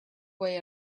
way